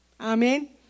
Amen